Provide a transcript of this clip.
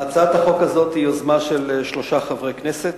הצעת החוק הזאת היא יוזמה של שלושה חברי כנסת,